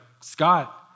Scott